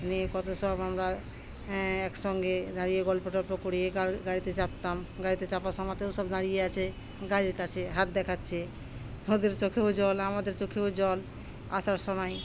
নিয়ে কত সব আমরা একসঙ্গে দাঁড়িয়ে গল্প টল্প করে গিয়ে গাড়িতে চাপতাম গাড়িতে চাপার সময়তেও সব দাঁড়িয়ে আছে গাড়িতে আছে হাত দেখাচ্ছে ওদের চোখেও জল আমাদের চোখেও জল আসার সময়